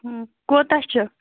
کوتاہ چھُ